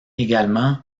également